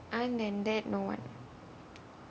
other than that no one